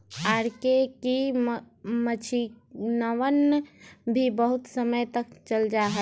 R K की मक्षिणवन भी बहुत समय तक चल जाहई